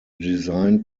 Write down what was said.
design